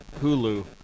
Hulu